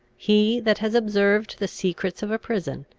he that has observed the secrets of a prison,